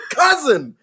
cousin